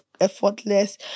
effortless